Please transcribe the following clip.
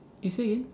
you say again